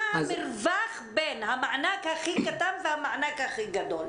מה המרווח בין המענק הכי קטן והמענק הכי גדול?